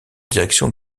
direction